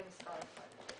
זה מספר אחד.